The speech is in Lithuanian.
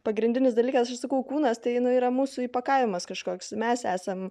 pagrindinis dalykas aš sakau kūnas tai nu yra mūsų įpakavimas kažkoks mes esam